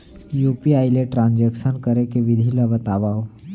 UPI ले transaction करे के विधि ला बतावव?